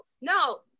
No